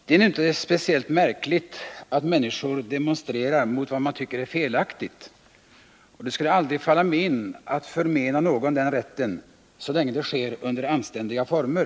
Det är nu inte speciellt märkligt att människor demonstrerar mot vad man tycker är felaktigt, och det skulle aldrig falla mig in att förmena någon den rätten så länge det sker under anständiga former.